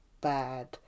bad